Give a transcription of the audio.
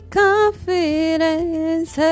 confidence